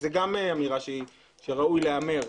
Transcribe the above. זו גם אמירה שראוי שתיאמר,